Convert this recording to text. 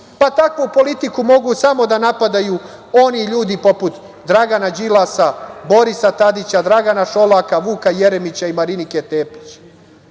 Takvu politiku mogu samo da napadaju oni ljudi poput Dragana Đilasa, Borisa Tadića, Dragana Šolaka, Vuka Jeremića i Marinike Tepić. Svi